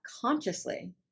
consciously